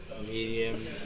medium